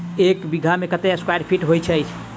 एक बीघा मे कत्ते स्क्वायर फीट होइत अछि?